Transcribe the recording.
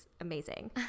amazing